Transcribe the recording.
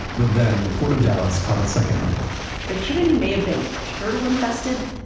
but then, the port of dallas caught a second wind the trinity may have been turtle-infested,